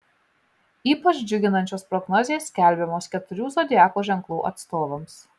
ypač džiuginančios prognozės skelbiamos keturių zodiako ženklų atstovams